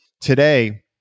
Today